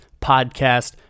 podcast